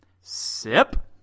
Sip